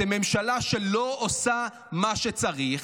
אתם ממשלה שלא עושה מה שצריך,